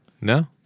No